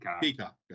peacock